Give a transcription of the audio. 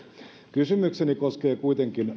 kysymykseni koskee kuitenkin